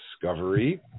discovery